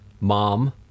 mom